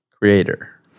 creator